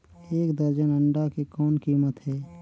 एक दर्जन अंडा के कौन कीमत हे?